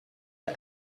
the